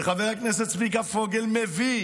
שחבר הכנסת צביקה פוגל מביא